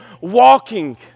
walking